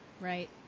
Right